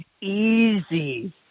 easy